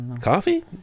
coffee